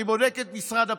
אני בודק את משרד הפנים,